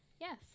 Yes